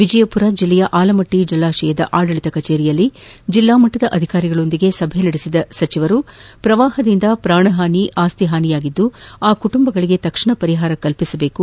ವಿಜಯಪುರ ಜಿಲ್ಲೆಯ ಆಲಮಟ್ಟಿ ಜಲಾಶಯದ ಆಡಳಿತ ಕಚೇರಿಯಲ್ಲಿ ಜಿಲ್ಲಾ ಮಟ್ಟದ ಅಧಿಕಾರಿಗಳೊಂದಿಗೆ ಸಭೆ ನಡೆಸಿದ ಸಚಿವರು ಪ್ರವಾಹದಿಂದ ಪ್ರಾಣಹಾನಿ ಆಸ್ತಿಹಾನಿ ಆಗಿದ್ದು ಆ ಕುಟುಂಬಗಳಿಗೆ ತಕ್ಷಣ ಪರಿಹಾರ ಕಲ್ಪಿಸಬೇಕು